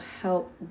help